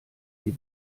die